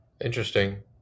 Interesting